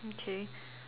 okay